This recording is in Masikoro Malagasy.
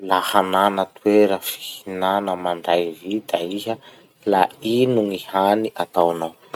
Laha nana toera fihinana mandray vita iha, la ino ty hany ataonao?